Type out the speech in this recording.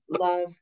love